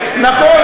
נכון,